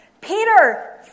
Peter